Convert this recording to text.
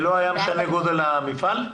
לא היה משנה גודל המפעל?